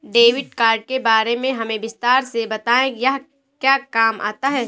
Debit card के बारे में हमें विस्तार से बताएं यह क्या काम आता है?